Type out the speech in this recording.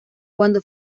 cuando